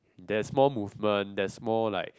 there's more movement there's more like